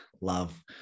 love